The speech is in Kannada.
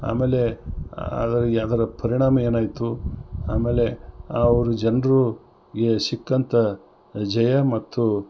ಆಮೇಲೆ ಅದು ಅದರ ಪರಿಣಾಮ ಏನಾಯಿತು ಆಮೇಲೆ ಅವರು ಜನ್ರಿಗೆ ಸಿಕ್ಕಂಥ ಜಯ ಮತ್ತು